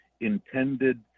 intended